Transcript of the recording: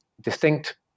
distinct